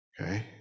Okay